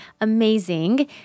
amazing